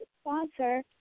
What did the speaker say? sponsor